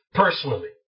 personally